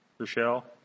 Rochelle